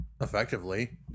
Effectively